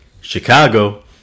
Chicago